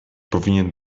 powinien